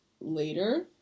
later